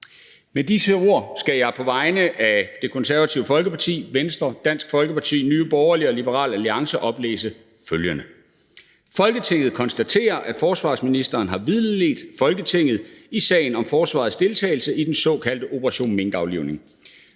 Med disse ord skal jeg på vegne af Det Konservative Folkeparti, Venstre, Dansk Folkeparti, Nye Borgerlige og Liberal Alliance oplæse følgende: Forslag til vedtagelse »Folketinget konstaterer, at forsvarsministeren har vildledt Folketinget i sagen om forsvarets deltagelse i den såkaldte operation minkaflivning.